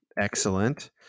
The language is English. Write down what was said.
Excellent